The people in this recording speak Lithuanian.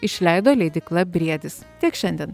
išleido leidykla briedis tiek šiandien